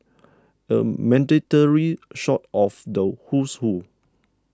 a mandatory shot of the who's who